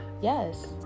Yes